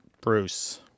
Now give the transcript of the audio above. Bruce